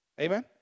Amen